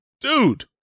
Dude